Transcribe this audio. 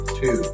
two